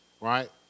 right